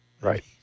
Right